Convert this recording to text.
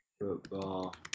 Football